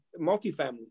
multifamily